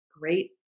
great